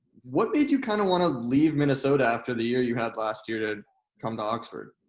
what made you kind of want to leave minnesota after the year you had last year to come to oxford?